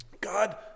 God